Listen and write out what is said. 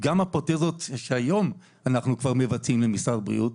גם הפרוטזות שהיום אנחנו כבר מבצעים במשרד הבריאות,